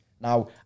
now